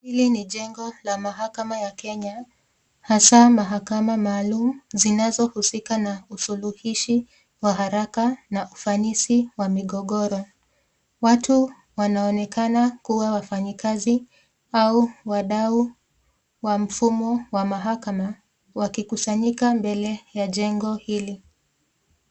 Hili ni jengo la mahakama ya Kenya hasa mahakama maalum zinazo usika na usuluhishi wa haraka na ufanisi wa migogoro. Watu wanaonekana kuwa wafanyekasi au wadau wa mfumo wa mahakama, wakikusanyika mbele ya jengo hili.